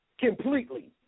completely